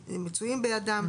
'מצויים בידם'.